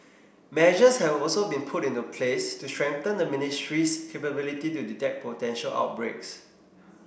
measures have also been put into place to strengthen the ministry's capability to detect potential outbreaks